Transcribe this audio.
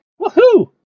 Woohoo